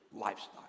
lifestyle